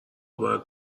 باید